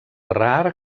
rar